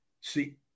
See